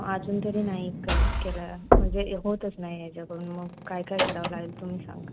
अजून तरी नाही कर केलं म्हणजे होतच नाही याच्याकडून मग काय काय करावं लागेल तुम्ही सांगा